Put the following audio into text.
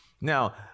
Now